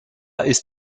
ist